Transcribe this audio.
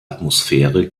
atmosphäre